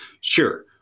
sure